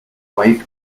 wife